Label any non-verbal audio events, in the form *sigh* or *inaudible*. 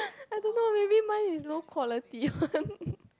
I don't know maybe mine is low quality [one] *laughs*